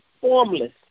formless